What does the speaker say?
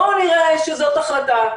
בואו נראה שזאת ההחלטה,